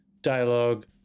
dialogue